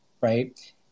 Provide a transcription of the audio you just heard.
right